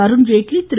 Arun Jaitley Thiru